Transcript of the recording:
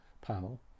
panel